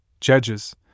judges